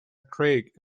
craig